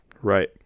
right